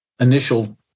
initial